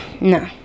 No